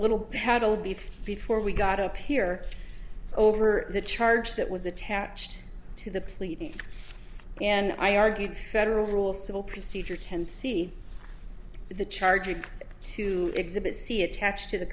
beef before we got up here over the charge that was attached to the pleading and i argued federal rule civil procedure ten see the charges to exhibit c attached to the